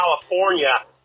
California